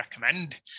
recommend